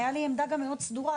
הייתה לי עמדה גם מאוד סדורה,